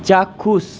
চাক্ষুষ